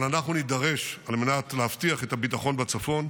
אבל אנחנו נידרש, על מנת להבטיח את הביטחון בצפון,